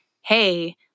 hey